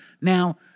Now